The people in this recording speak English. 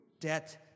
debt